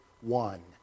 one